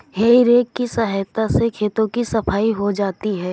हेइ रेक की सहायता से खेतों की सफाई हो जाती है